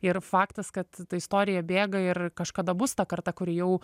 ir faktas kad ta istorija bėga ir kažkada bus ta karta kuri jau